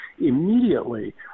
Immediately